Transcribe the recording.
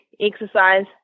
exercise